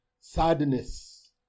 sadness